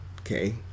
okay